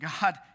God